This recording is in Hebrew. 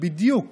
בדיוק